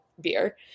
Beer